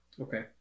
Okay